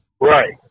Right